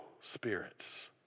spirits